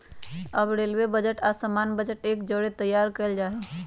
अब railway budget आऽ सामान्य बजट एक जौरे तइयार कएल जाइ छइ